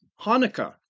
Hanukkah